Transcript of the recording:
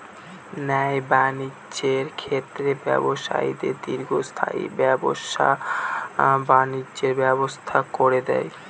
ন্যায় বাণিজ্যের ক্ষেত্রে ব্যবসায়ীদের দীর্ঘস্থায়ী ব্যবসা বাণিজ্যের ব্যবস্থা করে দেয়